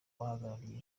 bahagarariye